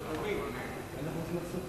אני נאלץ לפתוח